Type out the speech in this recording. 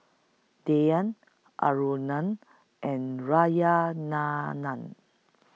Dhyan Aruna and Narayana Nam